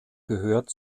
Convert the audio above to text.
gehört